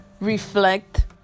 reflect